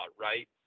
right